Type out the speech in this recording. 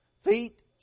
feet